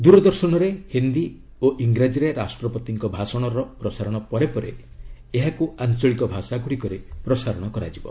ଦୂରଦର୍ଶନରେ ହିନ୍ଦୀ ଓ ଇଂରାଜୀରେ ରାଷ୍ଟ୍ରପତିଙ୍କ ଭାଷଣ ପ୍ରସାରଣ ପରେ ପରେ ଏହାକୁ ଆଞ୍ଚଳିକ ଭାଷା ଗୁଡ଼ିକରେ ପ୍ରସାରଣ କରାଯିବ